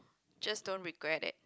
just don't regret it